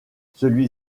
celui